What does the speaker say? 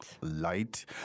Light